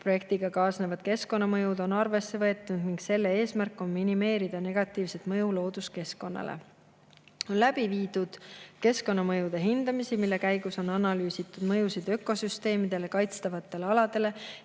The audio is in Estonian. Projektiga kaasnevad keskkonnamõjud on arvesse võetud, eesmärk on minimeerida negatiivset mõju looduskeskkonnale. On läbi viidud keskkonnamõjude hindamisi, mille käigus on analüüsitud mõju ökosüsteemidele, kaitstavatele aladele